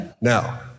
Now